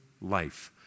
life